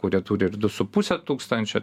kurie turi ir du su puse tūkstančio